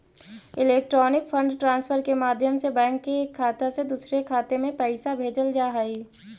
electronic fund transfer के माध्यम से बैंक के एक खाता से दूसर खाते में पैइसा भेजल जा हइ